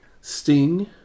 Sting